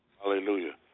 Hallelujah